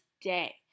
day